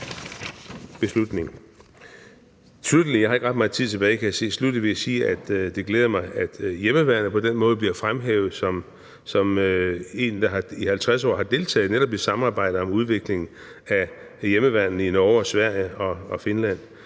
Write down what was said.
Sluttelig – jeg har ikke ret meget tid tilbage, kan jeg se – vil jeg sige, at det glæder mig, at Hjemmeværnet på den måde bliver fremhævet som en enhed, der i 50 år har deltaget netop i samarbejdet om udviklingen af hjemmeværnene i Norge, Sverige og Finland.